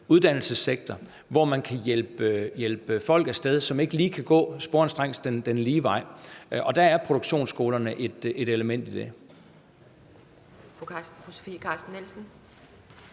uddannelsessektor, hvor man kan hjælpe folk, som ikke lige sporenstregs kan gå den lige vej. Og der er produktionsskolerne et element i det.